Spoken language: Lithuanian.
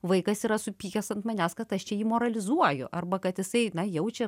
vaikas yra supykęs ant manęs kad aš čia jį moralizuoju arba kad jisai jaučia